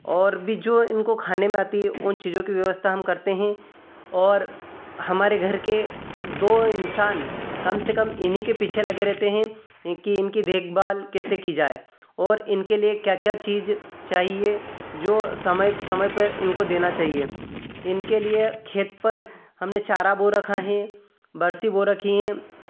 और भी जो इनको खाने में आती है उन चीज़ों की व्यवस्था हम करते हैं और हमारे घर के दो इंसान कम से कम इन्हीं के पीछे लगे रहते हैं इनकी इनकी देखभाल कैसे की जाए और इनके लिए क्या क्या चीज़ चाहिए जो समय समय पर इनको देना चाहिए इनके लिए खेत पर हमने चारा बो रखा है बरसी बो रखी है